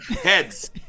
Heads